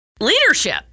leadership